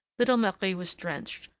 little marie was drenched,